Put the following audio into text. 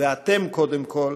ואתם קודם כול,